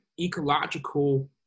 ecological